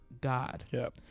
God